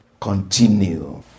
continue